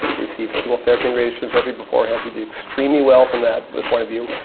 he received chemotherapy and radiation therapy beforehand, he did extremely well from that point of view.